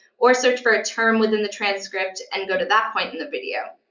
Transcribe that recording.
or search for a term within the transcript and go to that point in the video.